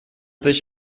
sich